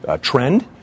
trend